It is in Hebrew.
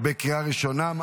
לקריאה ראשונה.